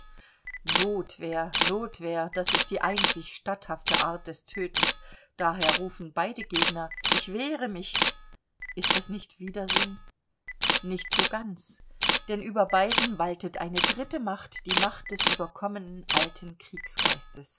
notwehr notwehr das ist die einzig statthafte art des tötens daher rufen beide gegner ich wehre mich ist das nicht widersinn nicht so ganz denn über beiden waltet eine dritte macht die macht des überkommenen alten kriegsgeistes